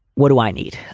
what do i need?